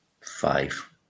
five